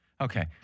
Okay